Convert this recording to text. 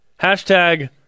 Hashtag